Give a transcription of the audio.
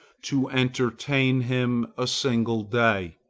to entertain him a single day.